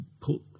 put